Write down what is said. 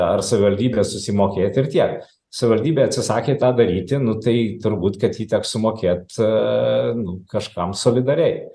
ar savivaldybė susimokėt ir tiek savivaldybė atsisakė tą daryti nu tai turbūt kad jį teks sumokėt nu kažkam solidariai